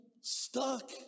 stuck